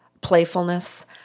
playfulness